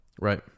Right